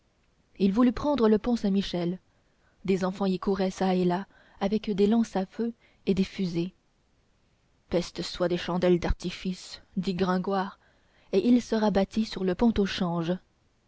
il voulut prendre le pont saint-michel des enfants y couraient çà et là avec des lances à feu et des fusées peste soit des chandelles d'artifice dit gringoire et il se rabattit sur le pont au change